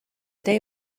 day